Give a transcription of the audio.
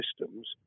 systems